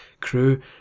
crew